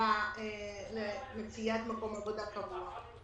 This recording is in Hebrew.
למציאת מקום עבודה קבוע.